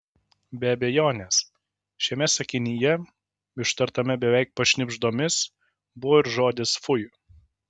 be abejonės šiame sakinyje ištartame beveik pašnibždomis buvo ir žodis fui